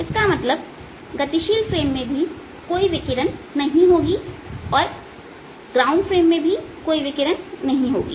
इसका मतलब है कि गतिशील फ्रेम में भी कोई विकिरण नहीं होगी अर्थात ग्राउंड फ्रेम में भी कोई विकिरण नहीं होगी